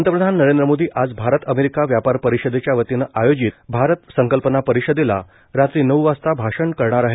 पंतप्रधान नरेंद्र मोदी आज भारत अमेरिका व्यापार परिषदेच्या वतीनं आयोजित भारत संकल्पना परिषदेला रात्री नऊ वाजता भाषण करणार आहेत